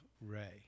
Ray